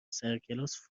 سرکلاس